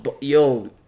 Yo